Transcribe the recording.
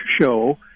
show